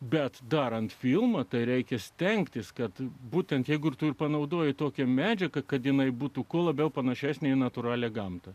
bet darant filmą tai reikia stengtis kad būtent jeigu tu ir panaudoji tokią medžiagą kad jinai būtų kuo labiau panašesnė į natūralią gamtą